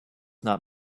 not